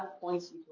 points